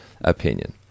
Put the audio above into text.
opinion